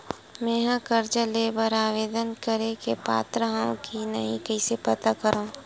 मेंहा कर्जा ले बर आवेदन करे के पात्र हव की नहीं कइसे पता करव?